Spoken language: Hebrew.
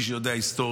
מי שיודע היסטוריה,